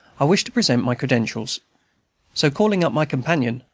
i wished to present my credentials so, calling up my companion,